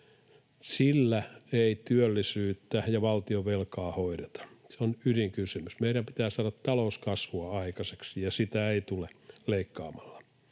Sillä ei työllisyyttä ja valtionvelkaa hoideta. Se on ydinkysymys. Meidän pitää saada talouskasvua aikaiseksi, ja sitä ei tule leikkaamalla.